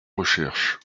recherches